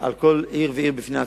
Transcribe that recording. על כל עיר ועיר בפני עצמה,